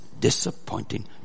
disappointing